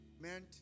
meant